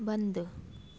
बंदि